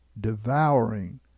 devouring